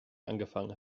angefangen